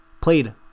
played